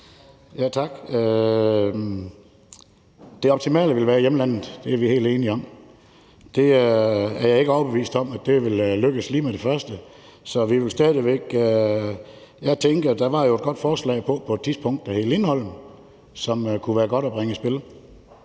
Tak. Det optimale ville være i hjemlandet – det er vi helt enige om. Jeg er ikke overbevist om, at det vil lykkes lige med det første. Jeg tænker, at der jo var et godt forslag på et tidspunkt, der hed Lindholm, og som kunne være godt at bringe i spil;